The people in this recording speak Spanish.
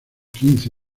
quince